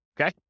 Okay